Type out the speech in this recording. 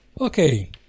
Okay